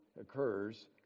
occurs